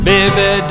Baby